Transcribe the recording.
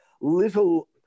little